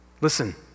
listen